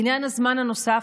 לעניין הזמן הנוסף,